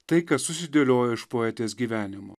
tai kas susidėliojo iš poetės gyvenimo